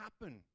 happen